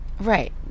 Right